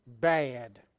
bad